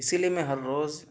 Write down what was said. اسی لیے میں ہر روز